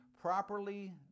properly